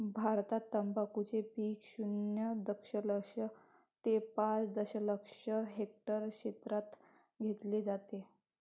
भारतात तंबाखूचे पीक शून्य दशलक्ष ते पाच दशलक्ष हेक्टर क्षेत्रात घेतले जाते